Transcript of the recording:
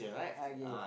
okay